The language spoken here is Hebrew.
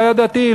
לא היה דתי,